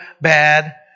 bad